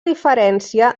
diferència